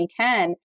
2010